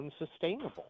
unsustainable